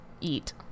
eat